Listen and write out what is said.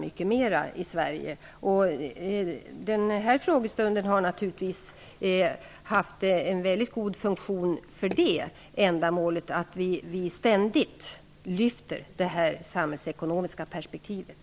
Denna frågestund har varit till god nytta med tanke på att vi ständigt behöver vidga det samhällsekonomiska perspektivet.